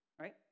right